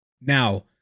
Now